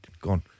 Gone